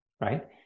right